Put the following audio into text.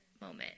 moment